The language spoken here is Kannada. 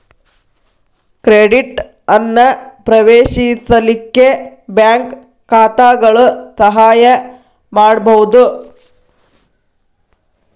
ಕ್ರೆಡಿಟ್ ಅನ್ನ ಪ್ರವೇಶಿಸಲಿಕ್ಕೆ ಬ್ಯಾಂಕ್ ಖಾತಾಗಳು ಸಹಾಯ ಮಾಡ್ಬಹುದು